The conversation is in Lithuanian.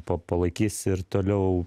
pa palaikys ir toliau